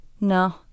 No